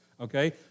Okay